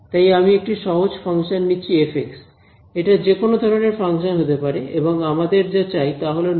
তাই আমি একটি সহজ ফাংশন নিচ্ছি f এটা যেকোনো ধরনের ফাংশন হতে পারে এবং আমাদের যা চাই তাহল নরমাল